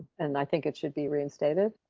and i think it should be reinstated,